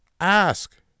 ask